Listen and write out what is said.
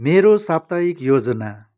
मेरो साप्ताहिक योजना